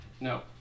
no